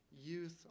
youth